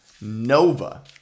Nova